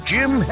Jim